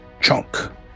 chunk